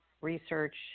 research